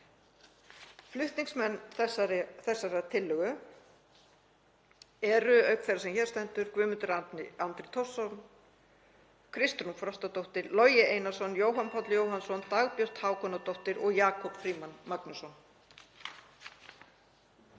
Flutningsmenn þessarar tillögu eru, auk þeirrar sem hér stendur, Guðmundur Andri Thorsson, Kristrún Frostadóttir, Logi Einarsson, Jóhann Páll Jóhannsson, Dagbjört Hákonardóttir og Jakob Frímann Magnússon.